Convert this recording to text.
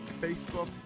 Facebook